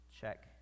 Check